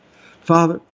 Father